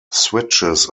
switches